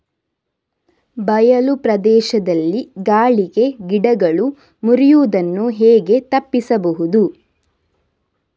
ಬಯಲು ಪ್ರದೇಶದಲ್ಲಿ ಗಾಳಿಗೆ ಗಿಡಗಳು ಮುರಿಯುದನ್ನು ಹೇಗೆ ತಪ್ಪಿಸಬಹುದು?